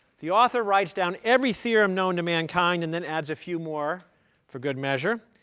the author writes down every theorem known to mankind, and then adds a few more for good measure.